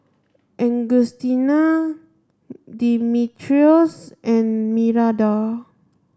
Augustina Dimitrios and Miranda